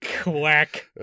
quack